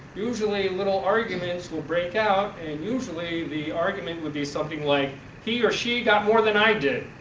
usually little arguments will break out and usually the argument would be something like he or she got more than i did,